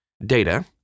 data